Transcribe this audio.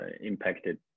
impacted